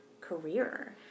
career